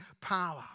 power